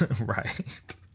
right